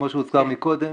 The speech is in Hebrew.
כמו שהוזכר קודם,